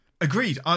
Agreed